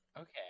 Okay